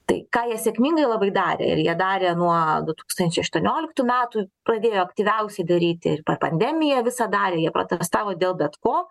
tai ką jie sėkmingai labai darė ir jie darė nuo du tūkstančiai aštuonioliktų metų pradėjo aktyviausiai daryti ir per pandemiją visą darė jie protestavo dėl bet ko